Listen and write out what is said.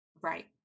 right